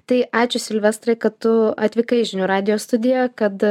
tai ačiū silvestrai kad tu atvykai į žinių radijo studiją kad